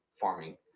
farming